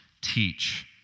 teach